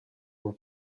were